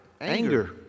anger